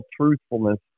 truthfulness